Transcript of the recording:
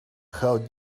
how